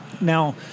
Now